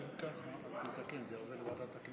אם שואלים אותך אם להעביר לוועדה,